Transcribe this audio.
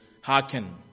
hearken